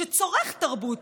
שצורך תרבות,